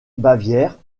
bavière